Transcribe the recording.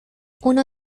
uno